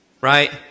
Right